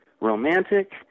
romantic